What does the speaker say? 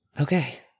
Okay